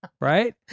right